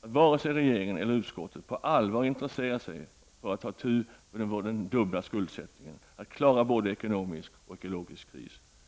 varken regeringen eller utskottet på allvar intresserar sig för att ta itu med vår dubbla skuldsättning, att klara både ekonomisk och ekologisk kris.